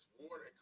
water